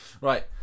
Right